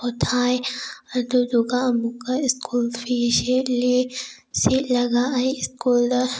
ꯄꯣꯊꯥꯏ ꯑꯗꯨꯗꯨꯒ ꯑꯃꯨꯛꯀ school fee ꯁꯦꯠꯂꯤ ꯁꯦꯠꯂꯒ ꯑꯩ ꯁ꯭ꯀꯨꯜꯗ